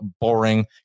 boring